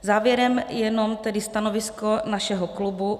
Závěrem jenom tedy stanovisko našeho klubu.